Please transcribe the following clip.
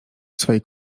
swej